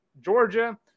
Georgia